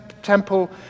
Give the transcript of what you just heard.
Temple